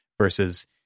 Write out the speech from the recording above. versus